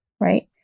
right